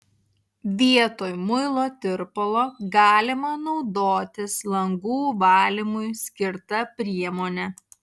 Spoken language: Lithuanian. vietoj muilo tirpalo galima naudotis langų valymui skirta priemone